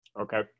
Okay